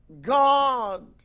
God